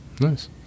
nice